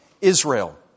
Israel